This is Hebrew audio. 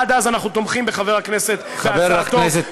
עד אז אנחנו תומכים בהצעתו של חבר הכנסת אוחנה.